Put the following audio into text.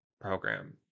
program